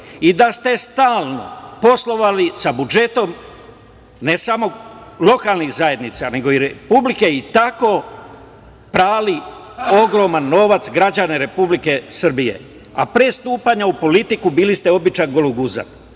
i da ste stalno poslovali sa budžetom, ne samo lokalnih zajednica, nego i Republike i tako prali ogroman novac građana Republike Srbije, a pre stupanja u politiku bili ste običan gologuzan?